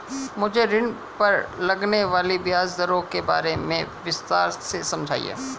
मुझे ऋण पर लगने वाली ब्याज दरों के बारे में विस्तार से समझाएं